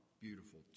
beautiful